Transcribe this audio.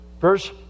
verse